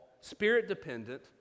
spirit-dependent